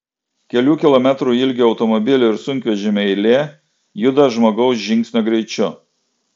kelių kilometrų ilgio automobilių ir sunkvežimių eilė juda žmogaus žingsnio greičiu